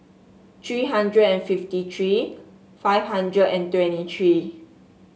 three hundred and fifty three five hundred and twenty three